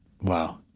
Wow